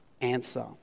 answer